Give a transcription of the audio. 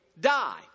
die